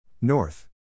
North